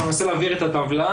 אנחנו ננסה להבהיר את הטבלה,